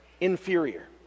inferior